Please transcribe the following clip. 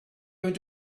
going